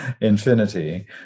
infinity